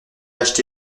acheté